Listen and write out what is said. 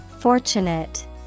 Fortunate